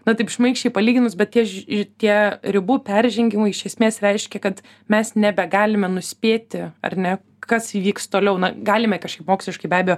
na taip šmaikščiai palyginus bet tie ž tie ribų peržengimai iš esmės reiškia kad mes nebegalime nuspėti ar ne kas įvyks toliau na galime kažkaip moksliškai be abejo